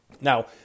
Now